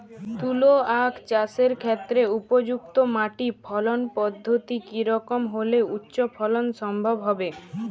তুলো আঁখ চাষের ক্ষেত্রে উপযুক্ত মাটি ফলন পদ্ধতি কী রকম হলে উচ্চ ফলন সম্ভব হবে?